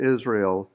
Israel